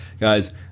Guys